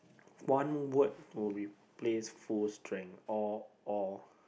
one word will replace full strength or or